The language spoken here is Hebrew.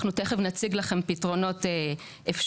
אנחנו תיכף נציג לכם פתרונות אפשריים.